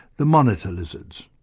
the monitor lizards.